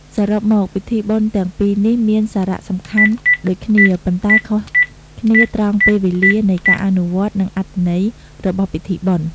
សរុបមក ពិធីបុណ្យទាំងពីរនេះមានសារៈសំខាន់ដូចគ្នា ប៉ុន្តែខុសគ្នាត្រង់ពេលវេលានៃការអនុវត្ត និងអត្ថន័យរបស់ពិធីបុណ្យ។